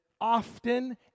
often